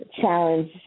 challenge